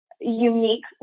unique